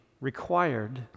required